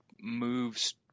moves